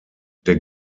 der